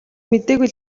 мэдээгүй